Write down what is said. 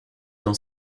dans